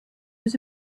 was